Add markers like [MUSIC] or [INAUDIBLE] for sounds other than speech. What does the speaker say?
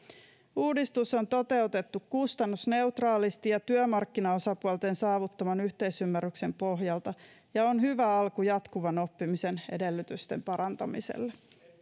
uudistus on toteutettu kustannusneutraalisti ja työmarkkinaosapuolten saavuttaman yhteisymmärryksen pohjalta [UNINTELLIGIBLE] ja on hyvä alku jatkuvan oppimisen edellytysten parantamiselle